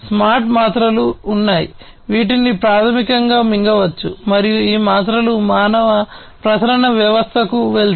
smart మాత్రలు వెళతాయి